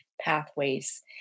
pathways